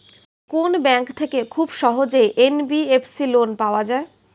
কোন ব্যাংক থেকে খুব সহজেই এন.বি.এফ.সি লোন পাওয়া যায়?